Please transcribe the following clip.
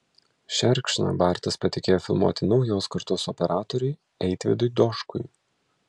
šerkšną bartas patikėjo filmuoti naujos kartos operatoriui eitvydui doškui